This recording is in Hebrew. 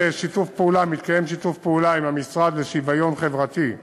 מתקיים שיתוף פעולה עם המשרד לשוויון חברתי,